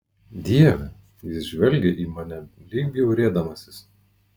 dieve jis žvelgė į mane lyg bjaurėdamasis